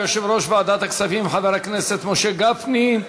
ליושב-ראש ועדת הכספים חבר הכנסת משה גפני.